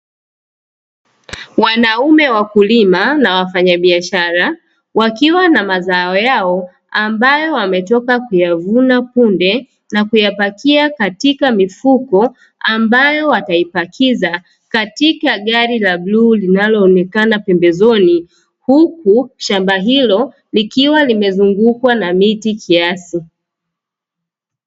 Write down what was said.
Wanaume wakulima na wafanyabiashara wakiwa na mazao yao ambayo wametoka kuyavuna punde, na kuyapakia katika mifuko ambayo wataipakiza katika gari la bluu linaloonekana pembezoni; huku shamba hilo likiwa limezungukwa na miti kiasi.